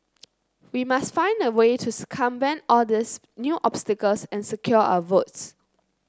we must find a way to circumvent all these new obstacles and secure our votes